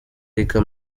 reka